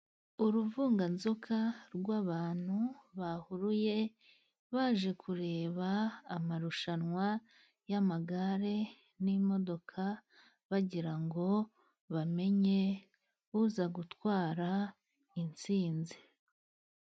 Uruvunganzoka rw'abantu bahuruye baje kureba amarushanwa yamagare, n'imodoka bagira ngo bamenye uza gutwara intsinzi.